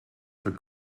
für